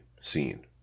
scene